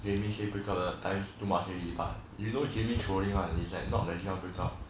jamie say break up the times too much already but you know jamie throwing one it's not really want break up